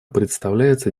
представляется